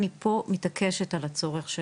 אני פה ואני מתעקשת על הצורך של,